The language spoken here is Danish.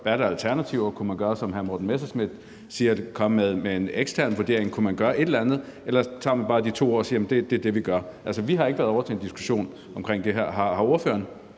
har i hvert fald ikke. Kunne man, som hr. Morten Messerschmidt siger, komme med en ekstern vurdering eller gøre et eller andet, eller tager man bare de 2 år og siger, at det er det, vi gør? Altså, vi har ikke været ovre til en diskussion om det her. Har ordføreren?